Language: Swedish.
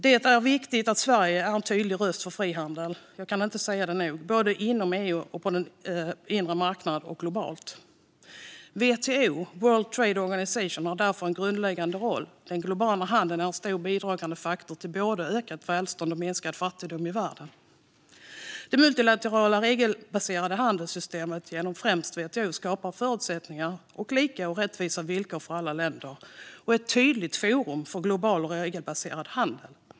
Det är viktigt att Sverige är en tydlig röst för frihandel - jag kan inte betona det nog - både inom EU, på den inre marknaden, och globalt. WTO, World Trade Organization, har därför en grundläggande roll. Den globala handeln är en stor bidragande faktor till både ökat välstånd och minskad fattigdom i världen. Det multilaterala, regelbaserade handelssystemet genom främst WTO skapar förutsättningar och lika och rättvisa villkor för alla länder och är ett tydligt forum för global, regelbaserad handel.